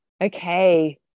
okay